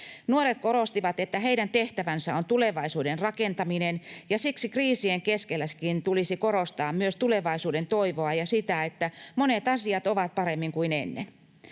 Nuoret korostivat, että heidän tehtävänsä on tulevaisuuden rakentaminen ja siksi kriisien keskelläkin tulisi korostaa myös tulevaisuudentoivoa ja sitä, että monet asiat ovat paremmin kuin ennen.